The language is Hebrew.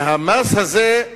והמס הזה,